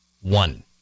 One